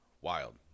wild